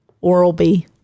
Oral-B